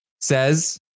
says